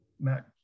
Matt